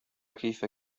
كيف